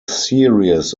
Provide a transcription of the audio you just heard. series